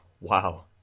wow